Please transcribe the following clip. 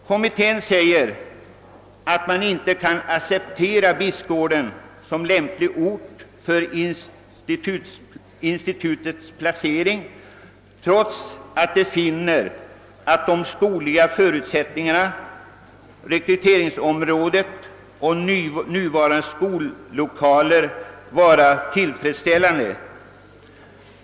Kommittén har sagt sig inte kunna acceptera Bispgården som förläggningsort för institutet, trots att man finner de skogliga förutsättningarna, rekryteringsområdet och nuvarande skollokaler tillfredsställande.